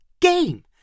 game